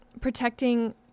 protecting